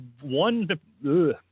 one –